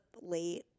late